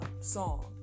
song